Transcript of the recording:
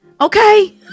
Okay